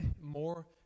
more